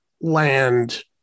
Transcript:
land